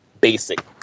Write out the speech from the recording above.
basic